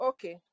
Okay